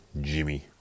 jimmy